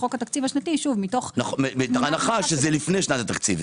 חוק התקציב השנתי מתוך- -- מתוך הנחה שזה לפני שנת התקציב.